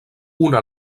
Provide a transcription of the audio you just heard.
una